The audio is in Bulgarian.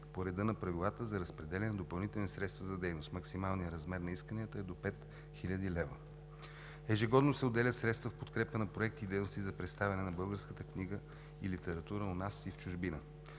по реда на правилата за разпределяне на допълнителни средства за дейност. Максималният размер на исканията е до 5000 лв. Ежегодно се отделят средства в подкрепа на проекти и дейности за представяне на българската книга и литература у нас и в чужбина.